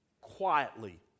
quietly